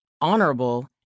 honorable